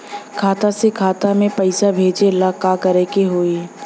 खाता से खाता मे पैसा भेजे ला का करे के होई?